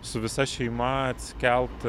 su visa šeima atsikelt